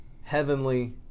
heavenly